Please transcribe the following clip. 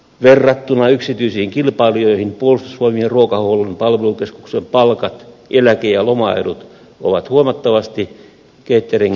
verrattuna yksityisiin kilpailijoihin puolustusvoimien ruokahuollon palvelukeskuksen palkat eläke ja lomaedut ovat huomattavasti toimialaa paremmat